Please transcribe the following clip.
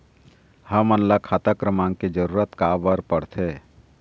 हमन ला खाता क्रमांक के जरूरत का बर पड़थे?